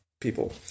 people